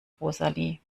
rosalie